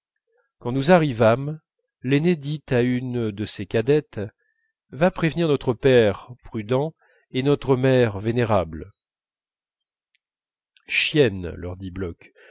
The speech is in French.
quand nous arrivâmes l'aînée dit à une de ses cadettes va prévenir notre père prudent et notre mère vénérable chiennes leur dit